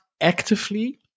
actively